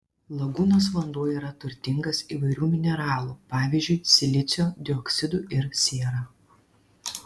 lagūnos vanduo yra turtingas įvairių mineralų pavyzdžiui silicio dioksidu ir siera